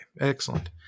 Excellent